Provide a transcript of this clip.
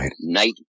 Night